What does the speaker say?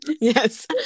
Yes